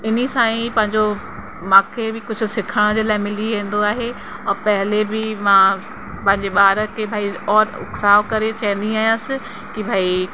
इन्हीअ सां ई पंहिंजो मूंखे बि कुझु सिखण जे लाइ मिली वेंदो आहे और पहले बि मां पंहिंजे ॿार खे भई और उकसाओ करे चवंदी आयसि कि भई